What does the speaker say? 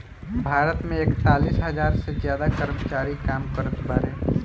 भारत मे एकतालीस हज़ार से ज्यादा कर्मचारी काम करत बाड़े